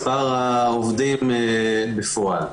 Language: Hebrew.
מספר העובדים בפועל.